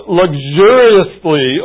luxuriously